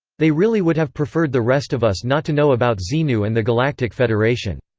they really would have preferred the rest of us not to know about xenu and the galactic federation.